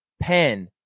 pen